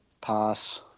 Pass